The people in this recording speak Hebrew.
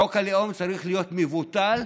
חוק הלאום צריך להיות מבוטל,